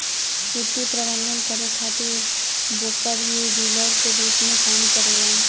वित्तीय प्रबंधन करे खातिर ब्रोकर ही डीलर के रूप में काम करेलन